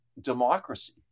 democracy